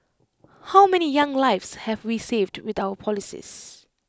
how many young lives have we saved with our policies